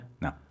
No